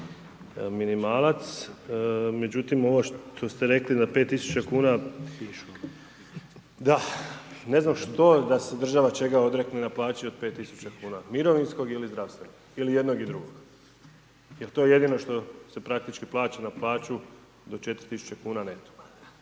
minimalac. Međutim ovo što ste rekli na 5 tisuća kuna, da, ne znam što da se država čega odrekne na plaći od 5 tisuća kuna, mirovinskog ili zdravstvenog ili jednog i drugog. Jer to je jedino što se praktički plaća na plaću do 4 tisuće kuna neto,